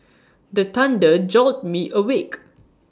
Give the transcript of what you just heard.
the thunder jolt me awake